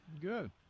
Good